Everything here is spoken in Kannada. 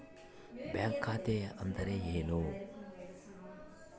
ಬ್ಯಾಂಕ್ ಖಾತೆ ಅಂದರೆ ಏನು?